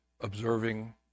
observing